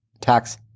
tax